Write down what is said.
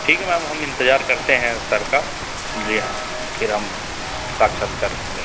ठीक है मैम हम इंतजार करते हैं सर का जी हाँ फिर हम साक्षात्कार देंगे